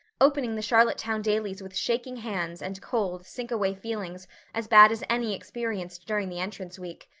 opening the charlottetown dailies with shaking hands and cold, sinkaway feelings as bad as any experienced during the entrance week.